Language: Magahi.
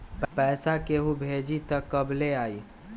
पैसा केहु भेजी त कब ले आई?